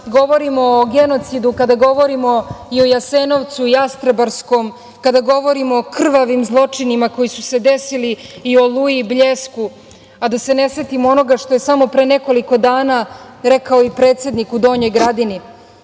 govorimo o genocidu, kada govorimo o Jasenovcu, Jastrebarskom, kada govorimo o krvavim zločinima koji su se desili, i o „Oluji“ i „Bljesku“ a da se ne setimo onoga što je samo pre nekoliko dana rekao i predsednik u Donjoj Gradini